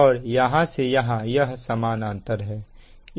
और यहां से यहां यह समानांतर है